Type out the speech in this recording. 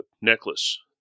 necklace